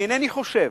כי אינני חושב